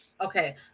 Okay